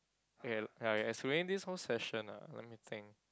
okay ya excluding this whole session ah let me think